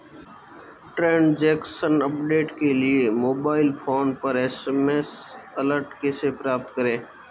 Transaction update के लिए mobile phone पर एस.एम.एस अलर्ट कैसे प्राप्त करें?